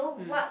mm